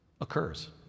occurs